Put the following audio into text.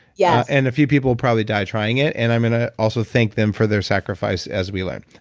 yeah and a few people will probably die trying it and i'm and ah also thank them for their sacrifice as we learn.